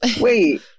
wait